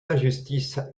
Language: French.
injustice